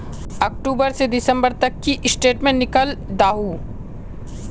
अक्टूबर से दिसंबर तक की स्टेटमेंट निकल दाहू?